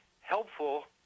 helpful